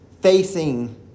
facing